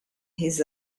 his